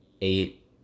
eight